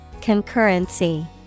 Concurrency